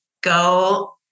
go